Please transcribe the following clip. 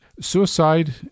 suicide